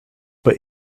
but